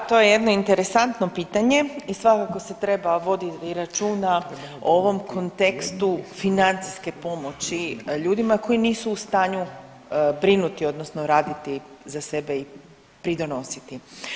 Da, to je jedno interesantno pitanje i svakako se treba voditi računa o ovom kontekstu financijske pomoći ljudima koji nisu u stanju brinuti odnosno raditi za sebe i pridonositi.